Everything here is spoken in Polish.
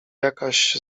jakaś